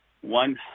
one